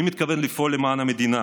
אני מתכוון לפעול למען המדינה,